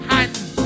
Hands